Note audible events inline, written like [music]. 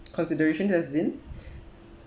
[noise] consideration as in [breath]